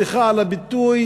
סליחה על הביטוי,